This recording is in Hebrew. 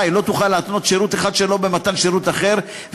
להתנות שירות אחד שלה במתן שירות אחר,